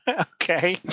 Okay